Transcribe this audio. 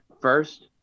first